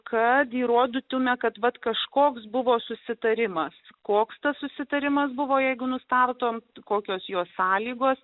kad įrodytume kad kažkoks buvo susitarimas koks tas susitarimas buvo jeigu nustatome kokios jo sąlygos